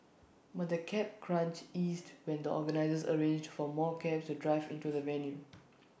but the cab crunch eased when the organisers arranged for more cabs to drive into the venue